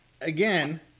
Again